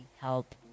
help